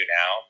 now